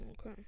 okay